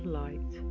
light